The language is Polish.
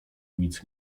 nic